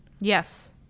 Yes